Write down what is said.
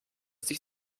sich